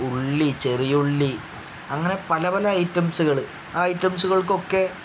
ഉള്ളി ചെറിയ ഉള്ളി അങ്ങനെ പല പല ഐറ്റംസുകൾ ആ ഐറ്റംസുകൾക്കൊക്കെ